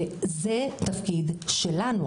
וזה התפקיד שלנו.